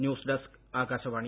news desk Akashvani